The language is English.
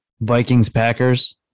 Vikings-Packers